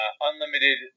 unlimited